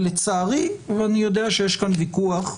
ולצערי, אני יודע שיש כאן וויכוח.